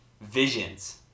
Visions